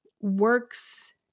works